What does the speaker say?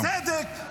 -- על צדק,